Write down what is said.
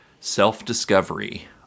self-discovery